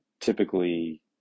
typically